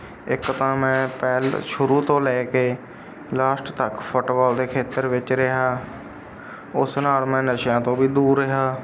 ਇੱਕ ਤਾਂ ਮੈਂ ਪਹਿਲ ਸ਼ੁਰੂ ਤੋਂ ਲੈ ਕੇ ਲਾਸਟ ਤੱਕ ਫੁੱਟਬਾਲ ਦੇ ਖੇਤਰ ਵਿੱਚ ਰਿਹਾ ਉਸ ਨਾਲ ਮੈਂ ਨਸ਼ਿਆਂ ਤੋਂ ਵੀ ਦੂਰ ਰਿਹਾ